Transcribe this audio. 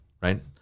right